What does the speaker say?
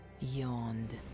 Yawned